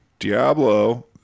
Diablo